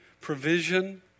provision